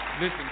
Listen